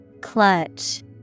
Clutch